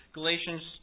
Galatians